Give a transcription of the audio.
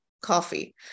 coffee